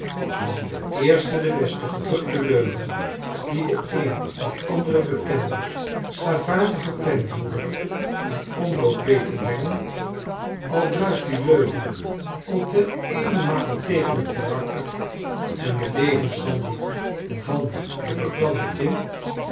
want de eerste de beste gedrukte leugen die de een of andere bekende schavuitige penvoerder in omloop weet te brengen al druischt die leugen ook ten eenenmale tegen t karakter en den levenswandel van den bekladde in